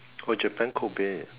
oh Japan Kobe